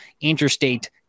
interstate